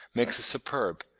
makes a superb,